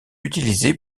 utilisé